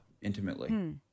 intimately